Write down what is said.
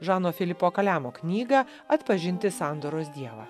žano filipo kalemo knygą atpažinti sandoros dievą